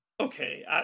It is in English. Okay